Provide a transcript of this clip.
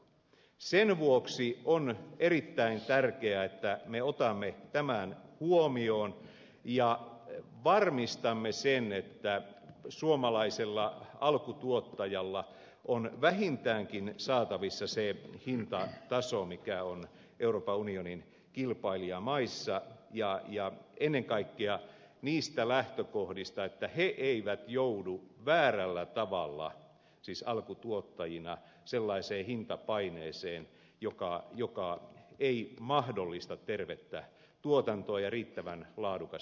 sen vuoksi on erittäin tärkeää että me otamme tämän huomioon ja varmistamme sen että suomalaisella alkutuottajalla on saatavissa vähintäänkin se hintataso mikä on euroopan unionin kilpailijamaissa ja ennen kaikkea niistä lähtökohdista että he eivät joudu väärällä tavalla alkutuottajina sellaiseen hintapaineeseen joka ei mahdollista tervettä tuotantoa ja riittävän laadukasta elintarviketuotantoa